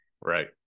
Right